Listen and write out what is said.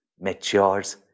matures